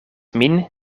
min